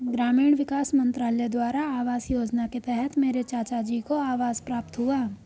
ग्रामीण विकास मंत्रालय द्वारा आवास योजना के तहत मेरे चाचाजी को आवास प्राप्त हुआ